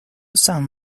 san